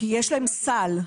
כי יש להם סל.